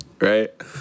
right